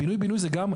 פינוי בינוי זה גם,